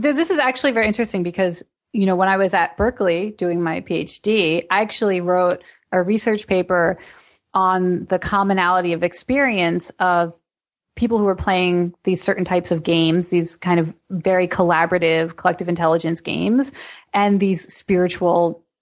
this is actually very interesting because you know when i was at berkeley doing my ph d, i actually wrote a research paper on the commonality of experience of people who were playing these certain types of games, these kind of very collaborative, collective intelligence games and these spiritual,